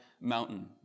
mountain